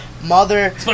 Mother